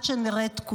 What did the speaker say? שרימית?